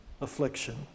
affliction